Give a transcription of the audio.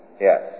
Yes